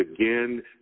again